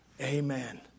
Amen